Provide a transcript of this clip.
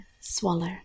swallow